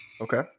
Okay